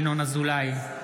ינון אזולאי,